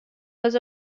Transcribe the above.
was